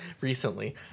recently